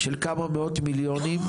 של כמה מאות מיליונים,